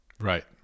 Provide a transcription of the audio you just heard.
right